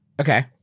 Okay